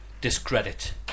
discredit